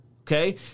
okay